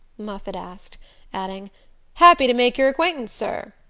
moffatt asked adding happy to make your acquaintance, sir,